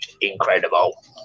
incredible